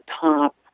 top